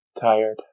Tired